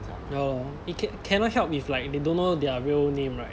ya lor it can cannot help if like they don't know their real name right